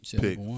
Pick